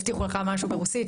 הבטיחו לך משהו ברוסית,